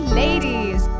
ladies